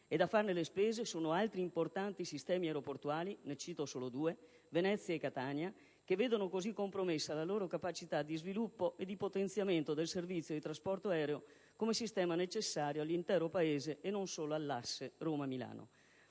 ed a farne le spese sono altri importanti sistemi aeroportuali (ne cito solo due: Venezia e Catania), che vedono così compromessa la loro capacità di sviluppo e di potenziamento del servizio di trasporto aereo come sistema necessario all'intero Paese e non solo all'asse Roma-Milano.